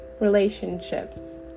relationships